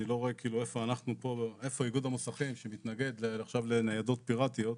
אני לא רואה איפה איגוד המוסכים שמתנגד עכשיו לניידות פיראטיות.